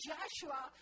Joshua